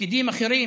פקידים אחרים.